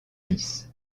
lys